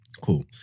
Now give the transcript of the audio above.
Cool